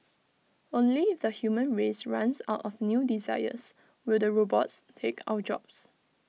only if the human race runs out of new desires will the robots take our jobs